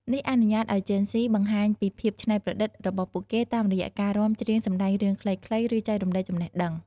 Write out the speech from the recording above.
នេះអនុញ្ញាតឱ្យជេនហ្ស៊ីបង្ហាញពីភាពច្នៃប្រឌិតរបស់ពួកគេ តាមរយៈការរាំ ច្រៀង សម្ដែងរឿងខ្លីៗ ឬចែករំលែកចំណេះដឹង។